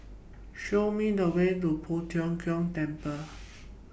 Show Me The Way to Poh Tiong Kiong Temple